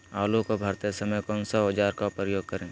आलू को भरते समय कौन सा औजार का प्रयोग करें?